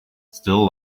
still